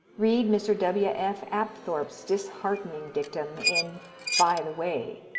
read mr. w. f. apthorp's disheartening dictum in by the way.